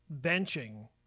benching